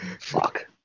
Fuck